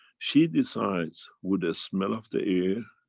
she decides with the smell of the air,